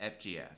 FGF